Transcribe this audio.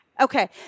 Okay